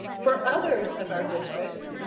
for others of our districts,